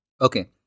Okay